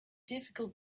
difficult